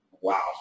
Wow